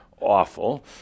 Awful